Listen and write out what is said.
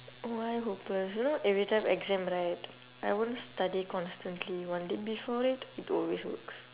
why hopeless you know every time exam right I won't study constantly one day before that it will always works